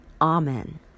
Amen